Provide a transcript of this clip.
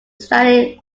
standing